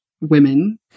women